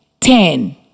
ten